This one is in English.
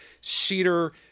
cedar